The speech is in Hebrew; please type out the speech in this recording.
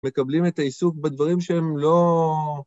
מקבלים את העיסוק בדברים שהם לא...